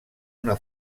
una